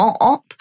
up